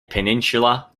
peninsula